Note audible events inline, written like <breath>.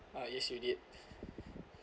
ah yes we did <breath>